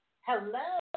hello